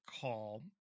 call